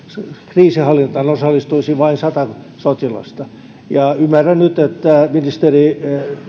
kriisinhallintaan osallistuisi vain sata sotilasta ymmärrän nyt että ministeri